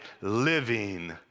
living